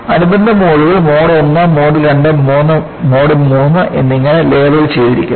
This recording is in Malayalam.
അനുബന്ധ മോഡുകൾ mode I mode II mode III എന്നിങ്ങനെ രേഖപ്പെടുത്തിയിരിക്കണം